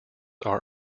are